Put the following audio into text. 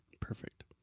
Perfect